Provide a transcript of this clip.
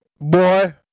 Boy